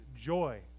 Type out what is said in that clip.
joy